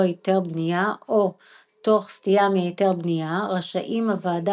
היתר בנייה או תוך סטייה מהיתר בנייה רשאים הוועדה